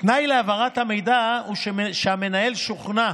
תנאי להעברת המידע הוא שהמנהל שוכנע